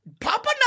Papa